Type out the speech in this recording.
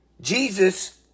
Jesus